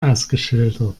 ausgeschildert